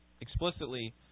explicitly